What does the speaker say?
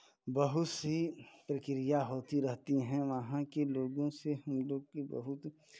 बहुत सी प्रक्रिया होती रहती हैं वहाँ के लोगों से हम लोग की बहुत